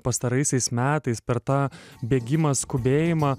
pastaraisiais metais per tą bėgimą skubėjimą